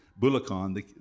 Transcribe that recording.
Bulacan